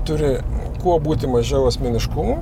turi kuo būti mažiau asmeniškumų